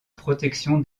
protection